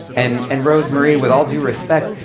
and and, rosemarie, with all due respect,